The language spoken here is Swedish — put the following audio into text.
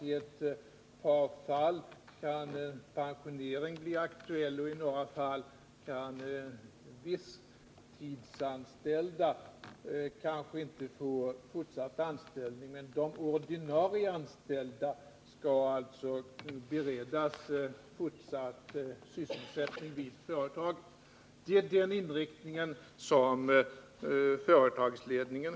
I ett par fall kan pensionering bli aktuell, och i några fall kan visstidsanställda kanske inte få fortsatt anställning. Men de ordinarie anställda skall beredas fortsatt sysselsättning vid företaget. Den inriktningen har företagsledningen.